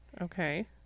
Okay